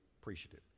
appreciative